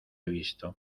visto